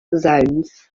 zones